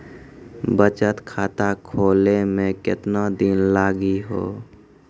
बचत खाता खोले मे केतना दिन लागि हो?